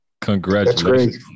Congratulations